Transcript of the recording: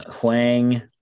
Huang